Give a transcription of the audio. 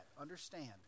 understand